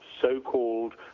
so-called